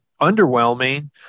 underwhelming